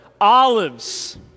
Olives